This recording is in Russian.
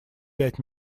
пять